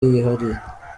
yihariye